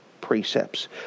precepts